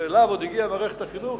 שאליו עוד הגיעה מערכת החינוך,